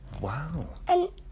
Wow